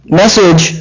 message